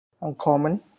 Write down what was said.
uncommon